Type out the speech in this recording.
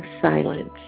silence